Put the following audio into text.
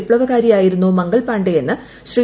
വിപ്ലവകാരിയായിരുന്നു മംഗൾ പാണ്ഡെയെന്ന് ശ്രീ